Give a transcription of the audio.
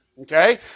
Okay